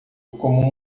como